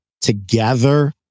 together